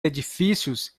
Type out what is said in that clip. edifícios